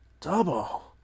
Double